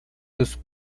los